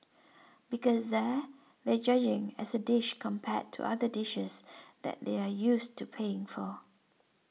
because there they're judging as a dish compared to other dishes that they're used to paying for